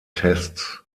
tests